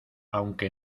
aunque